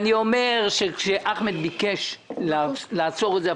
אני אומר שכשאחמד ביקש לעצור את זה,